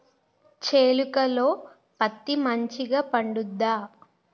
చేలుక లో పత్తి మంచిగా పండుద్దా?